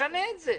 נשנה את זה.